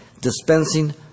Dispensing